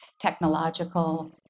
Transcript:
technological